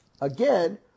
again